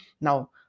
now